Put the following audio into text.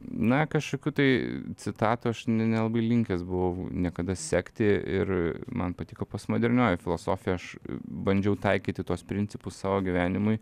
na kažkokių tai citatų aš ne nelabai linkęs buvo niekada sekti ir man patiko postmodernioji filosofija aš bandžiau taikyti tuos principus savo gyvenimui